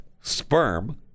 sperm